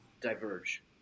diverge